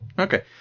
Okay